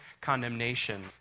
condemnation